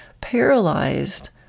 paralyzed